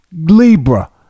Libra